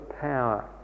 power